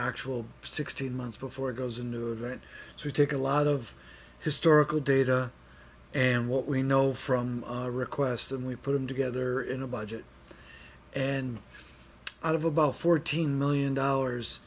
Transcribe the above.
actual sixteen months before it goes into event so we take a lot of historical data and what we know from a request and we put them together in a budget and out of about fourteen million dollars